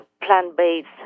plant-based